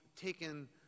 taken